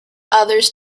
others